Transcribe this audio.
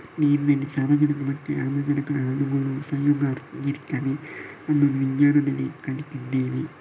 ನೀರಿನಲ್ಲಿ ಸಾರಜನಕ ಮತ್ತೆ ಆಮ್ಲಜನಕದ ಅಣುಗಳು ಸಂಯೋಗ ಆಗಿರ್ತವೆ ಅನ್ನೋದು ವಿಜ್ಞಾನದಲ್ಲಿ ಕಲ್ತಿದ್ದೇವೆ